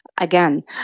again